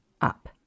up